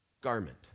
garment